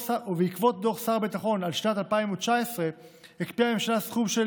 בעקבות דוח שר הביטחון על שנת 2019 הקפיאה הממשלה סכום של